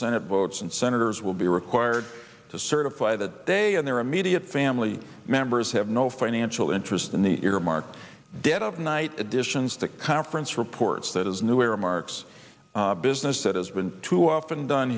senate votes and senators will be required to certify that they and their immediate family members have no financial interest in the earmark dead of night additions the conference reports that is new era marks a business that has been too often done